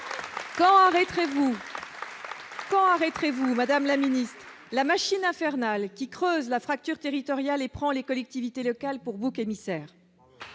Quand arrêterez vous Madame la Ministre, la machine infernale qui creuse la fracture territoriale et prend les collectivités locales pour bouc-émissaire.